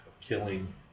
killing